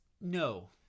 no